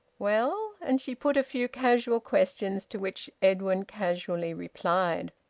well? and she put a few casual questions, to which edwin casually replied.